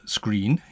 screen